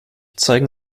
zeigen